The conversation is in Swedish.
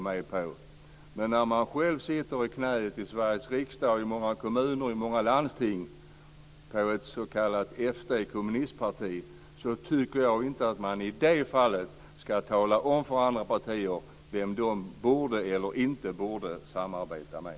Men när man själv, i Sveriges riksdag och i många kommuner och landsting, sitter i knä på ett "f.d." kommunistparti ska man inte tala om för andra partier vem de borde eller inte borde samarbeta med.